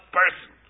person